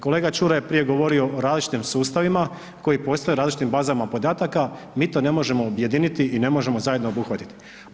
Kolega Čuraj je prije govorio o različitim sustavima koji postoje u različitim bazama podataka, mi to ne možemo objediniti i ne možemo zajedno obuhvatiti.